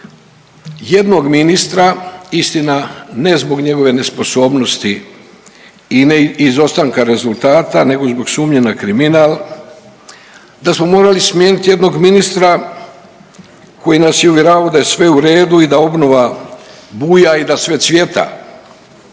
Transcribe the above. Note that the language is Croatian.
jednog ministra, istina ne zbog njegove nesposobnosti i ne izostanka rezultata nego zbog sumnje na kriminal. Da smo morali smijeniti jednog ministra koji nas je uvjeravao da je sve u redu i da obnova buja i da sve cvjeta.